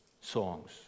songs